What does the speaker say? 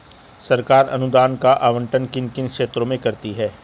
सरकार अनुदान का आवंटन किन किन क्षेत्रों में करती है?